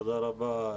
תודה רבה,